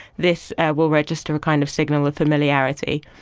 this will register a kind of signal of familiarity.